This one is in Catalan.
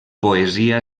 poesia